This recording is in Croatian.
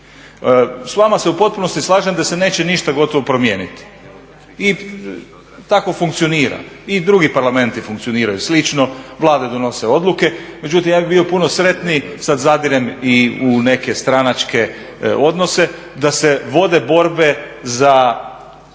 S vama se u potpunosti slažem da se neće ništa gotovo promijeniti i tako funkcionira, i drugi parlamenti funkcioniraju slično, Vlade donose odluke. Međutim ja bih bio puno sretniji, sad zadirem i u neke stranačke odnose, da se vode borbe za